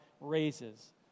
raises